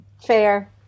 Fair